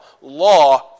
Law